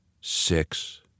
Six